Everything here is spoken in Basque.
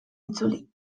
itzuli